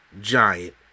giant